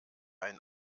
ein